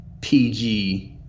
PG